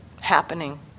happening